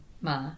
ma